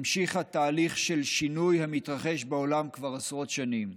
המשיכה תהליך של שינוי המתרחש בעולם כבר עשרות שנים.